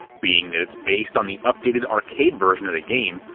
being that it's based on the updated arcade version of the game,